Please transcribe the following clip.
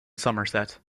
somerset